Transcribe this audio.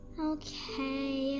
Okay